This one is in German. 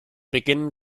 beginnen